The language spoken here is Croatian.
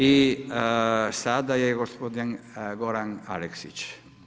I sada je gospodin Goran Aleksić.